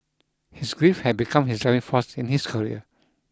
his grief had become his driving force in his career